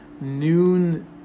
Noon